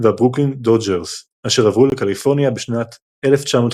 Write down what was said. והברוקלין דודג'רס אשר עברו לקליפורניה בשנת 1958.